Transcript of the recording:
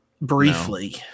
Briefly